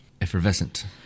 Effervescent